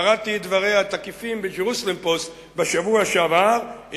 קראתי את דבריה התקיפים ב"ג'רוזלם פוסט" בשבוע שעבר.